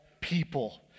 people